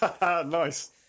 Nice